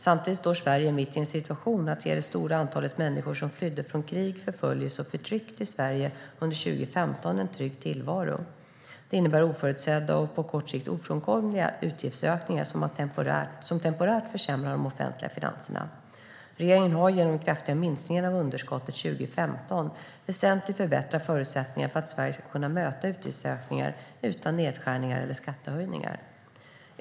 Samtidigt står Sverige mitt i situationen att ge det stora antalet människor som flydde från krig, förföljelse och förtryck till Sverige under 2015 en trygg tillvaro. Det innebär oförutsedda och på kort sikt ofrånkomliga utgiftsökningar som temporärt försämrar de offentliga finanserna. Regeringen har, genom den kraftiga minskningen av underskottet 2015, väsentligt förbättrat förutsättningarna för att Sverige ska kunna möta utgiftsökningarna utan nedskärningar eller skattehöjningar.